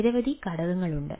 നിരവധി ഘടകങ്ങളുണ്ട്